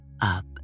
Up